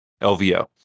LVO